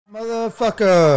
Motherfucker